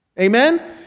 Amen